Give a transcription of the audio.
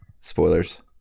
Spoilers